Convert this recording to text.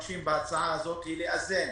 בהצעה הזאת אנחנו מבקשים לאזן